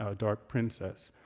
ah dark princess,